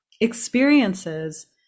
experiences